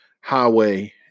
highway